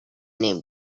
named